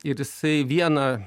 ir jisai vieną